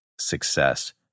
success